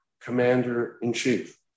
commander-in-chief